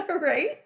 right